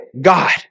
God